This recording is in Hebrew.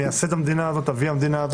מייסד המדינה הזאת,